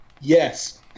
Yes